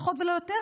לא פחות ולא יותר,